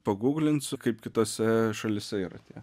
paguglinsiu kaip kitose šalyse yra tie